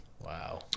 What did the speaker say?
Wow